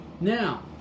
Now